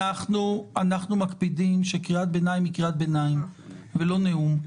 אנחנו מקפידים שקריאת ביניים היא קריאת ביניים ולא נאום.